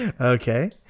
okay